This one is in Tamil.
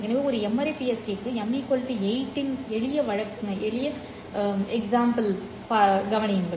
எனவே ஒரு M ary PSK க்கு m 8 இன் எளிய வழக்கைக் கவனியுங்கள்